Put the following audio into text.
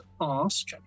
ask